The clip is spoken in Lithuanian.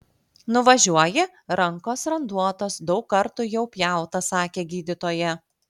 nuvažiuoji rankos randuotos daug kartų jau pjauta sakė gydytoja